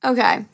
Okay